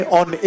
on